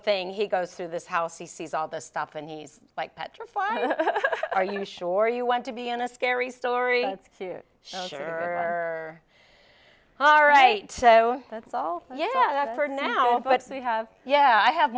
thing he goes through this house he sees all this stuff and he's like petrified are you sure you want to be in a scary story suit sure all right that's all yeah for now but you have yeah i have